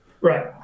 Right